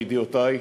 מידיעותי,